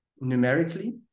numerically